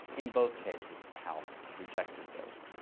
in both cases, the house rejected those.